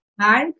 Hi